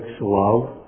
love